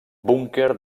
búnquer